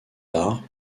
tard